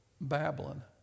Babylon